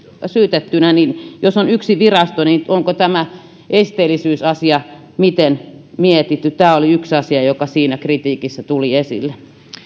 niin jos on yksi virasto miten tämä esteellisyysasia on mietitty tämä oli yksi asia joka siinä kritiikissä tuli esille